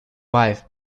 wife